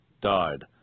died